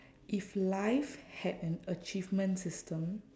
if life had an achievement system